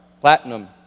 platinum